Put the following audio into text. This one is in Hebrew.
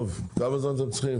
כמה זמן אתם צריכים?